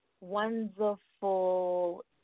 wonderful